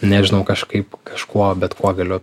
nežinau kažkaip kažkuo bet kuo galiu